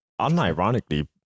Unironically